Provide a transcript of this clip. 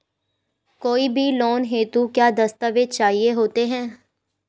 कोई भी लोन हेतु क्या दस्तावेज़ चाहिए होते हैं?